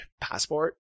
passport